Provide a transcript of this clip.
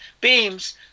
beams